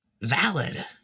Valid